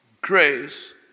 grace